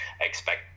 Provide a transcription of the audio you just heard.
expect